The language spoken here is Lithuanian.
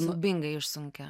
siaubingai išsunkia